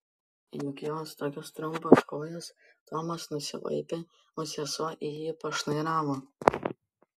juk jos tokios trumpos kojos tomas nusivaipė o sesuo į jį pašnairavo